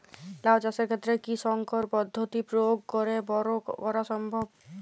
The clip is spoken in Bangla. লাও চাষের ক্ষেত্রে কি সংকর পদ্ধতি প্রয়োগ করে বরো করা সম্ভব?